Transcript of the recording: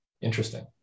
Interesting